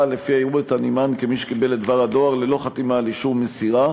שלפיה יראו את הנמען כמי שקיבל את דבר הדואר ללא חתימה על אישור מסירה,